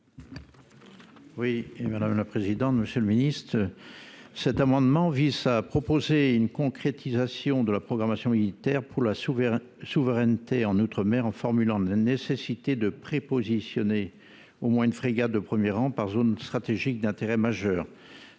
Oui et madame la présidente, monsieur le ministre. Cet amendement vise à proposer une concrétisation de la programmation militaire pour la souveraine souveraineté en outre-mer en formulant des nécessité de prépositionnés au moins frégates de premier rang par zone stratégique d'intérêt majeur